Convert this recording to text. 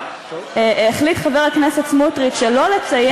החליט חבר הכנסת סמוטריץ שלא לציין,